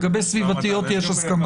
לגבי סביבתיות יש הסכמה.